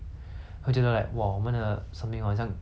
狗命这样没有的救 liao